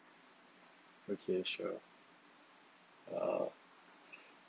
okay sure uh